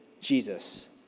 Jesus